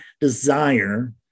desire